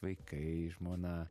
vaikai žmona